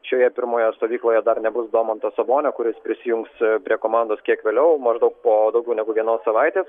šioje pirmoje stovykloje dar nebus domanto sabonio kuris prisijungs prie komandos kiek vėliau maždaug po daugiau negu vienos savaitės